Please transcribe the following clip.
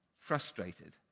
frustrated